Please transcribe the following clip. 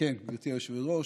היושבת-ראש,